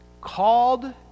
Called